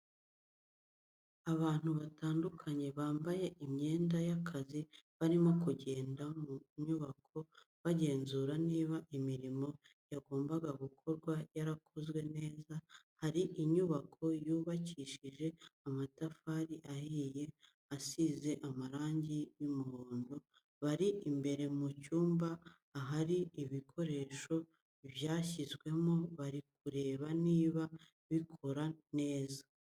Abantu batandukanye bambaye imyenda y'akazi barimo kugenda mu nyubako bagenzura niba imirimo yagombaga gukorwa yarakozwe neza, hari inyubako yubakishije amatafari ahiye isize amarangi y'umuhondo, bari imbere mu cyumba ahari ibikoresho byashyizwemo bari kureba niba bikora neza.